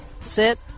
Sit